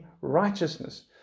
righteousness